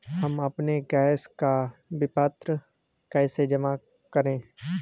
हम अपने गैस का विपत्र कैसे जमा करें?